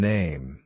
Name